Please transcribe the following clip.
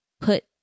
put